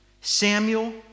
Samuel